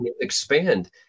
expand